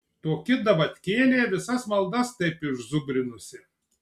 toki davatkėlė visas maldas taip išzubrinusi